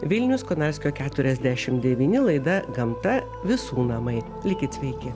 vilnius konarskio keturiasdešim devyni laida gamta visų namai likit sveiki